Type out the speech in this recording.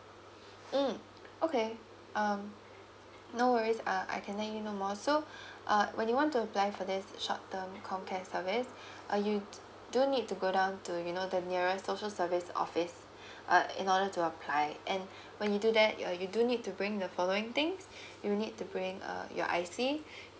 mm okay um no worries uh I can let you know more so uh when you want to apply for this short term comcare service uh you do need to go down to you know the nearest social service office uh in order to apply and when you do that you do need to bring the following things you need to bring uh your I_C